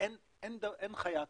אין חיה כזאת.